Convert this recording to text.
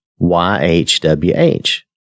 YHWH